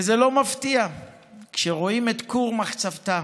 וזה לא מפתיע כשרואים את כור מחצבתה,